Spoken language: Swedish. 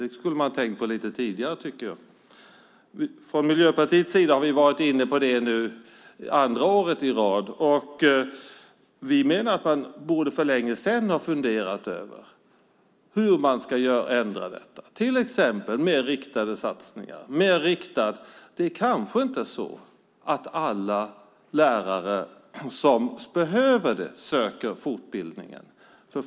Det skulle man ha tänkt på lite tidigare, tycker jag. Miljöpartiet har varit inne på det två år i rad. Vi menar att man för länge sedan borde ha funderat över hur man ska ändra detta. Det kan till exempel vara riktade satsningar. Det är inte säkert att alla lärare som behöver fortbildning söker.